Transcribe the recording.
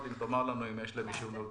אם תאמר לנו אם יש להם אישור ניהול תקין.